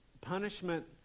punishment